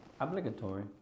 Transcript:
obligatory